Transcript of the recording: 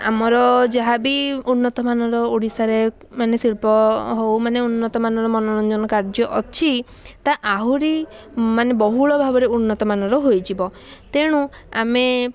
ଆମର ଯାହାବି ଉନ୍ନତମାନର ଓଡ଼ିଶାରେ ମାନେ ଶିଳ୍ପ ହେଉ ମାନେ ଉନ୍ନତମାନର ମନୋରଞ୍ଜନ କାର୍ଯ୍ୟ ଅଛି ତା ଆହୁରି ମାନେ ବହୁଳ ଭାବରେ ଉନ୍ନତମାନର ହୋଇଯିବ ତେଣୁ ଆମେ